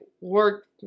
work